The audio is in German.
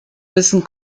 wissen